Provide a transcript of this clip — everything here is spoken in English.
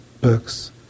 books